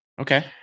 Okay